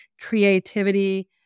creativity